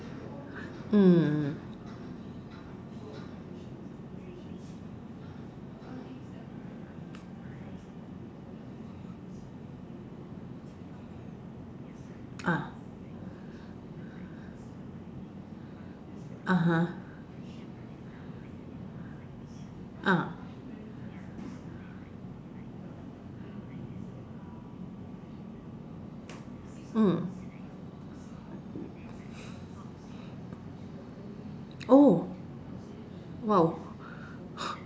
mm ah (uh huh) ah mm oh !wow!